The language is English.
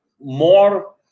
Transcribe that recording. more